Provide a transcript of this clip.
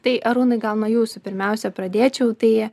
tai arūnai gal nuo jūsų pirmiausia pradėčiau tai